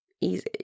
easy